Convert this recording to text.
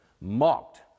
mocked